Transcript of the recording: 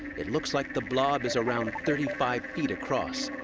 it looks like the blob is around thirty five feet across.